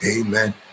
Amen